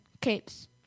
capes